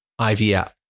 IVF